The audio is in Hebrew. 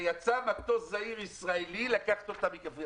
ויצא מטוס זעיר ישראלי לקחת אותם מקפריסין.